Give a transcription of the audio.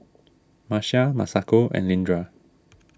Marcia Masako and Leandra